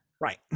right